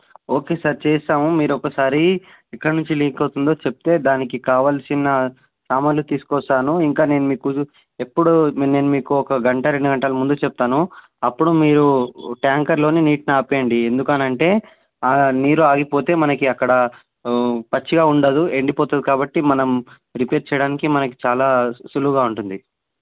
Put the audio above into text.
okay sir చేస్తాము మీరు ఒకసారి ఎక్కడ నుంచి లీక్ అవుతుందో చెప్తే దానికి కావాల్సిన సామాన్లు తీసుకొస్తాను ఇంకా నేను మీకు ఎప్పుడు నేను మీకు ఒక గంట రెండు గంటల ముందు చెప్తాను అప్పుడు మీరు ట్యాంకర్లో నీరుని ఆపేయండి ఎందుకంటే ఆ నీరు ఆగిపోతే మనకు అక్కడ పచ్చిగా ఉండదు ఎండిపోతుంది కాబట్టి మనం రిపేర్ చేయడానికి మనకు చాలా సులువుగా ఉంటుంది